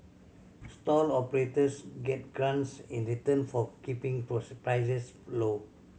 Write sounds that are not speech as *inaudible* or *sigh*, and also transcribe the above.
stall operators get grants in return for keeping *unintelligible* prices low